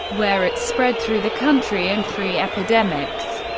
where it spread through the country in three epidemics.